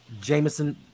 Jameson